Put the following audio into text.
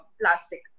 plastic